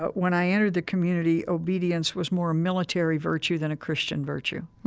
but when i entered the community, obedience was more a military virtue than a christian virtue.